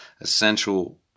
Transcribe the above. Essential